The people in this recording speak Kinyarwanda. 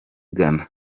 ghana